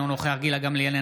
אינו נוכח גילה גמליאל,